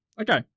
okay